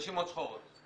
רשימות שחורות.